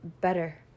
better